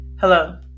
Hello